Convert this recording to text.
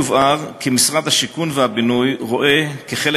יובהר כי משרד הבינוי והשיכון רואה כחלק